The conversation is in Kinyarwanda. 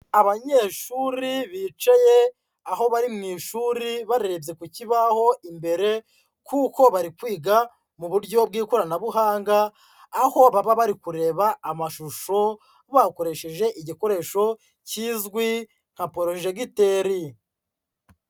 Abanyeshuri bicaye aho bari mu ishuri barebye ku kibaho imbere kuko bari kwiga mu buryo bw'ikoranabuhanga, aho baba bari kureba amashusho, bakoresheje igikoresho kizwi nka porojegiteri.